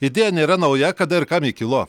idėja nėra nauja kada ir kam ji kilo